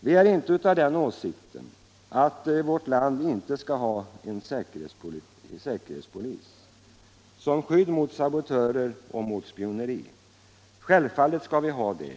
Vi är inte av den åsikten att vårt land inte skall ha en säkerhetspolis Nr 89 som skydd mot sabotörer och mot spioneri. Självfallet skall vi ha det!